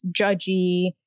judgy